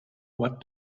what